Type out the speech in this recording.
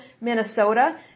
Minnesota